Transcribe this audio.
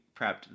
prepped